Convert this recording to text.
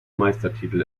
meistertitel